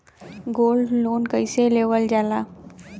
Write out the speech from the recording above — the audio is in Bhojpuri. गोल्ड लोन कईसे लेवल जा ला?